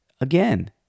Again